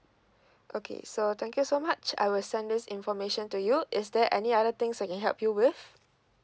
okay so thank you so much I will send this information to you is there any other things I can help you with